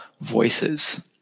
voices